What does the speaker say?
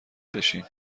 بشین